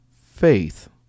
faith